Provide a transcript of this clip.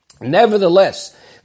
nevertheless